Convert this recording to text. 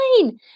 fine